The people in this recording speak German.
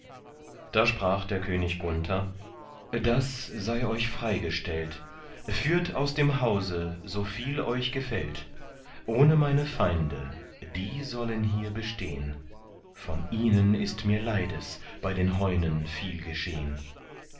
da sprach der könig gunther das sei euch freigestellt führt aus dem hause so viel euch gefällt ohne meine feinde die sollen hier bestehn von ihnen ist mir leides bei den heunen viel geschehn